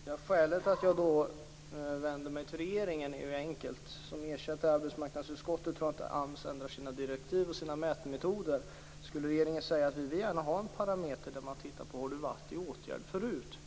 Fru talman! Skälet till att jag vänder mig till regeringen är enkelt. Som ersättare i arbetsmarknadsutskottet tror jag inte att AMS skulle ändra sina direktiv och sina mätmetoder om regeringen skulle säga att man gärna vill ha en parameter som visar om personen har varit i åtgärd förut.